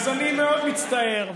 אז אני מאוד מצטער.